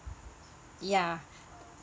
ya